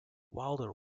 wilder